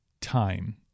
time